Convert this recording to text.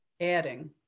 adding